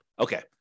Okay